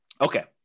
Okay